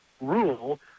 rule